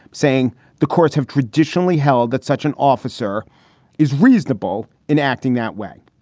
saying the courts have traditionally held that such an officer is reasonable in acting that way.